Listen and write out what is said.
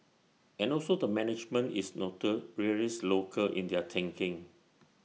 and also the management is local in their thinking